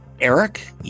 eric